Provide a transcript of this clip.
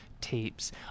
tapes